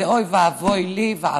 זה אוי ואבוי לי.